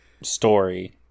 story